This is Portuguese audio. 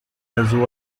azul